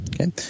Okay